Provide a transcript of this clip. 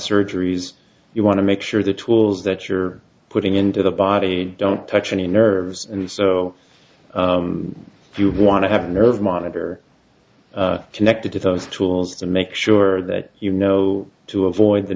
surgeries you want to make sure the tools that you're putting into the body don't touch any nerves and so if you want to have nerve monitor connected to those tools to make sure that you know to avoid the